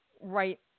right